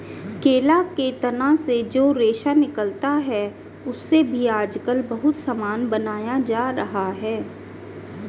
केला के तना से जो रेशा निकलता है, उससे भी आजकल बहुत सामान बनाया जा रहा है